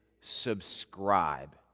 subscribe